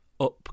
up